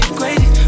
crazy